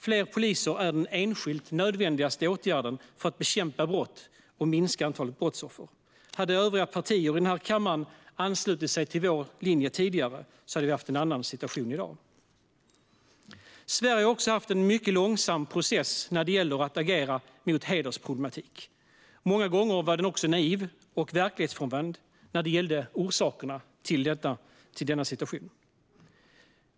Fler poliser är den enskilt nödvändigaste åtgärden för att bekämpa brott och minska antalet brottsoffer. Hade övriga partier i denna kammare anslutit sig till vår linje tidigare hade vi haft en annan situation i dag. Sverige har också haft en mycket långsam process när det gäller att agera mot hedersproblematik. Många gånger var man också naiv och verklighetsfrånvänd när det gällde orsakerna till denna situation.